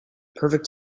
perfect